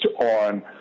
on